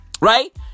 Right